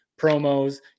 promos